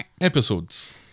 episodes